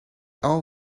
all